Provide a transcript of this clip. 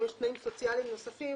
אם יש תנאים סוציאליים נוספים,